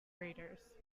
raiders